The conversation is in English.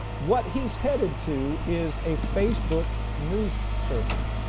what he's headed to is a facebook news service.